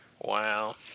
Wow